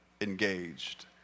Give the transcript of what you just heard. engaged